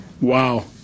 Wow